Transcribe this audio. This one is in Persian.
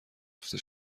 رفته